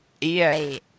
EA